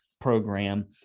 program